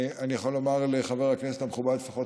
אני יכול לומר לחבר הכנסת המכובד שלפחות